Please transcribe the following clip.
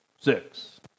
six